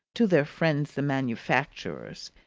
to their friends the manufacturers,